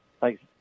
Thanks